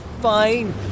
fine